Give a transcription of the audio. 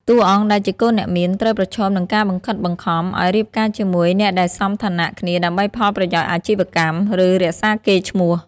តួអង្គដែលជាកូនអ្នកមានត្រូវប្រឈមនឹងការបង្ខិតបង្ខំ ឱ្យរៀបការជាមួយអ្នកដែលសមឋានៈគ្នាដើម្បីផលប្រយោជន៍អាជីវកម្ម ឬរក្សាកេរ្តិ៍ឈ្មោះ។